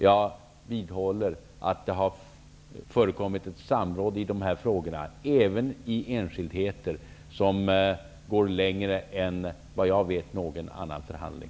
Jag vidhåller att det har förekommit samråd i de här frågorna som, såvitt jag vet, även i enskildheter går längre än i någon annan förhandling.